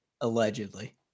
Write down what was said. Allegedly